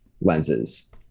lenses